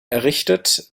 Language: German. errichtet